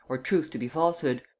or truth to be falsehood.